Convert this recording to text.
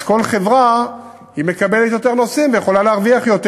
אז כל חברה מקבלת יותר נוסעים ויכולה להרוויח יותר,